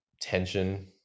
tension